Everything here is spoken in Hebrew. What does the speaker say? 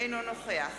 אינו נוכח